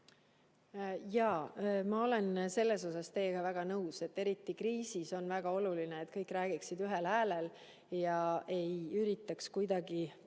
Jaa, ma olen selles teiega väga nõus, et eriti kriisis on väga oluline, et kõik räägiksid ühel häälel ega üritaks kuidagi